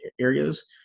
areas